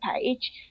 page